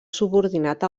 subordinat